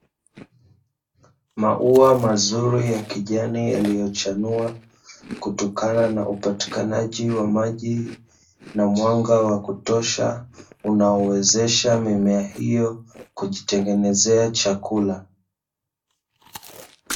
Maua mazuri ya kijani yaliyochanua kutokana na upatikanaji wa maji na mwanga wa kutosha unaowezesha mimea hiyo kujitengenezea chakula.